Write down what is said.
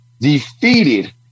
defeated